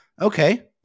okay